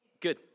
Good